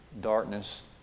darkness